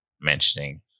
mentioning